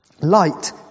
Light